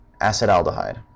acetaldehyde